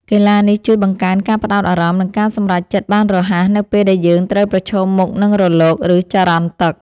កីឡានេះជួយបង្កើនការផ្ដោតអារម្មណ៍ និងការសម្រេចចិត្តបានរហ័ស នៅពេលដែលយើងត្រូវប្រឈមមុខនឹងរលក ឬចរន្តទឹក។